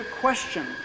question